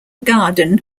garden